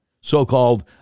so-called